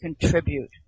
contribute